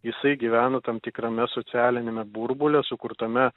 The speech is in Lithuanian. jisai gyvena tam tikrame socialiniame burbule sukurtame